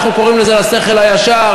אנחנו קוראים לזה לשכל הישר.